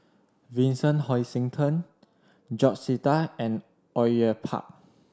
Vincent Hoisington George Sita and Au Yue Pak